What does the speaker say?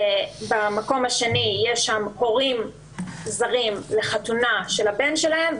במקום השני יש הורים זרים לחתונה של הבן שלהם.